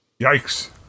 Yikes